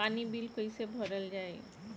पानी बिल कइसे भरल जाई?